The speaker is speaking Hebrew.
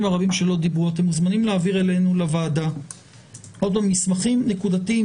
הרבים שלא דיברו שאתם מוזמנים להעביר אלינו לוועדה מסמכים נקודתיים